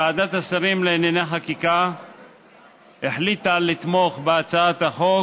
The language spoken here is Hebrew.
ועדת השרים לענייני חקיקה החליטה לתמוך בהצעת החוק